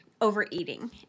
overeating